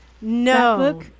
No